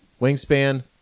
wingspan